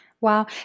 wow